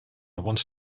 want